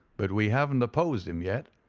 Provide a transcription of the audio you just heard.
but we haven't opposed him yet,